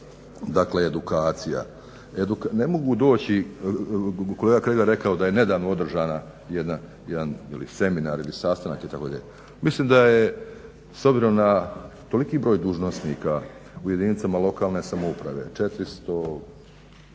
dakle edukacija. Ne mogu doći kolega Kregar je rekao da je nedavno održan jedan seminar ili sastanak. Mislim da je s obzirom da toliki broj dužnosnika u jedinicama lokalne samouprave 450